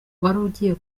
ugiye